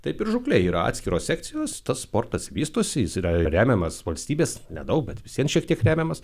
taip ir žūklė yra atskiros sekcijos tas sportas vystosi jis yra remiamas valstybės nedaug bet vis vien šiek tiek remiamas